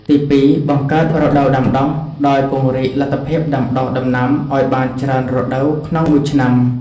ទីពីរ បង្កើតរដូវដាំដុះ ដោយពង្រីកលទ្ធភាពដាំដុះដំណាំឱ្យបានច្រើនរដូវក្នុងមួយឆ្នាំ។